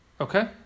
Okay